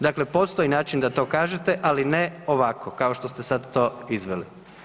Dakle, postoji način da to kažete, ali ne ovako kao što ste sada to izveli.